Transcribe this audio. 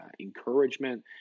encouragement